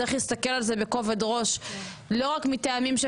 צריך להסתכל על זה מטעמים של